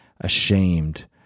ashamed